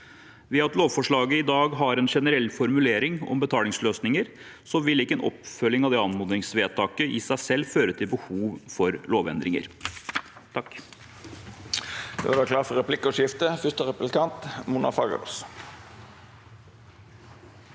Ved at lovforslaget i dag har en generell formulering om betalingsløsninger, vil ikke en oppfølging av det anmodningsvedtaket i seg selv føre til behov for lovendringer.